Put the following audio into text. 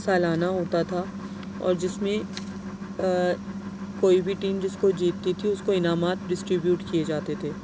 سالانہ ہوتا تھا اور جس میں کوئی بھی ٹیم جس کو جیتتی تھی اس کو انعامات ڈسٹیبیوت کئے جاتے تھے